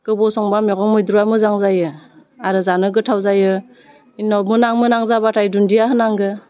गोबाव संबा मेगं मैद्रुआ मोजां जायो आरो जानो गोथाव जायो बिनि उनाव मोनहां मोनहां जाबाथाय दुन्दिया होनांगौ